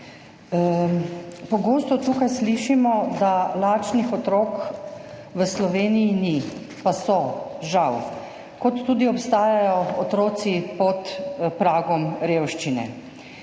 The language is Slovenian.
Pogosto tukaj slišimo, da lačnih otrok v Sloveniji ni. Pa so, žal. Kot tudi obstajajo otroci pod pragom revščine,